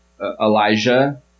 Elijah